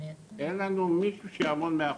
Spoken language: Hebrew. אין לנו מישהו שיעמוד מאחורינו.